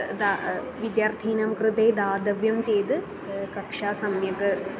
दा विद्यार्थिनां कृते दातव्यं चेत् कक्ष्या सम्यक्